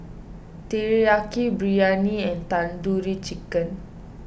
Teriyaki Biryani and Tandoori Chicken